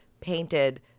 painted